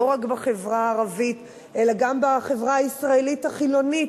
רק בחברה הערבית אלא גם בחברה הישראלית החילונית.